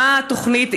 מה התוכנית,